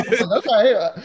Okay